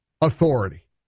authority